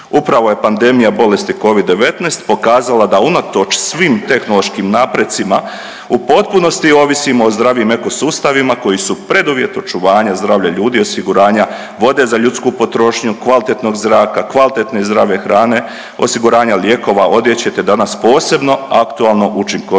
Upravo je pandemija bolesti covid-19 pokazala da unatoč svim tehnološkim naprecima u potpunosti ovisimo o zdravim eko sustavima koji su preduvjet očuvanja zdravlja ljudi, osiguranja vode za ljudsku potrošnju, kvalitetnog zraka, kvalitetne zdrave hrane, osiguranja lijekova, odjeće, te danas posebno aktualno učinkovit